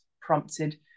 prompted